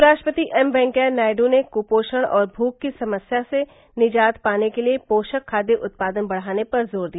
उपराष्ट्रपति एम वेंकैया नायडू ने कुपोषण और भूख की समस्या से निजात पाने के लिए पोषक खाद्य उत्पादन बढ़ाने पर जोर दिया